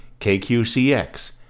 KQCX